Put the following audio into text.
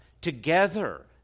together